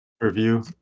Review